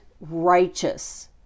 righteous